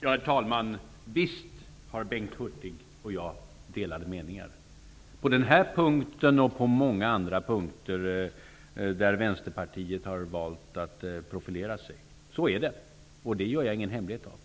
Herr talman! Visst har Bengt Hurtig och jag delade meningar, på den här punkten och på många andra punkter där Vänsterpartiet har valt att profilera sig. Så är det, och det gör jag ingen hemlighet av.